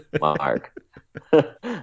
mark